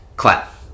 Clap